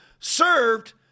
served